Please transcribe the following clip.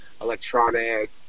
electronic